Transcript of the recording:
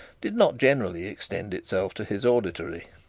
did not generally extend itself to his auditory.